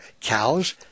cows